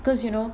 because you know